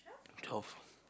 twelve